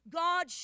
god